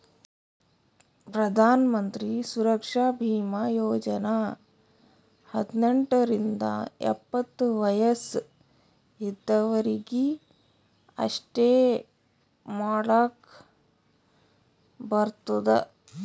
ಪ್ರಧಾನ್ ಮಂತ್ರಿ ಸುರಕ್ಷಾ ಭೀಮಾ ಯೋಜನಾ ಹದ್ನೆಂಟ್ ರಿಂದ ಎಪ್ಪತ್ತ ವಯಸ್ ಇದ್ದವರೀಗಿ ಅಷ್ಟೇ ಮಾಡ್ಲಾಕ್ ಬರ್ತುದ